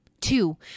Two